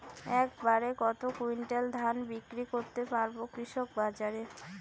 এক বাড়ে কত কুইন্টাল ধান বিক্রি করতে পারবো কৃষক বাজারে?